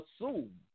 assume